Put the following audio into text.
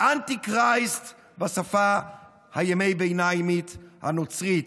כאנטי-כריסט בשפה הימי-ביניימית הנוצרית,